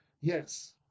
Yes